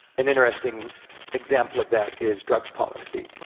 an interesting example of that is drug policy.